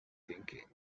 thinking